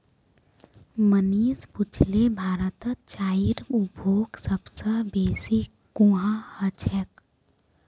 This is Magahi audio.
मनीष पुछले भारतत चाईर उपभोग सब स बेसी कुहां ह छेक